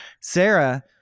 Sarah